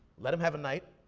let them have a night,